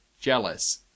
Jealous